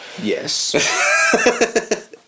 Yes